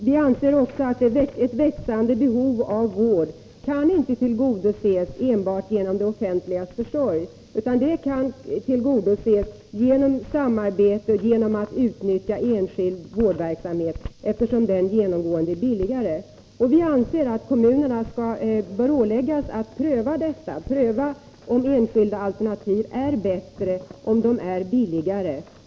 Vi anser också att ett växande behov av vård inte kan tillgodoses enbart genom det offentligas försorg, utan det kan tillgodoses genom samarbete och genom att utnyttja enskild vårdverksamhet, eftersom den genomgående är billigare. Vi anser att kommunerna bör åläggas att pröva om enskilda alternativ är bättre och billigare.